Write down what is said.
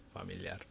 Familiar